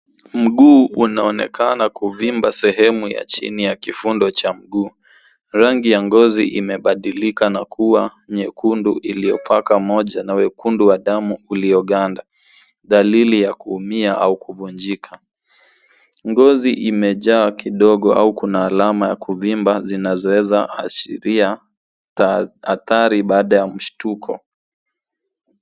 Mguu unaonekana kuvimba sehemu ya chini ya kifundo cha mguu. Rangi ya ngozi imebadilika na kuwa nyekundu iliyopaka moja na wekundu wa damu ilioganda dalili ya kuumia au kuvunjika. Ngozi imejaa kidogo au kuna alama za kuvimba zinazoashiria ta- adhari baada ya mshtuko.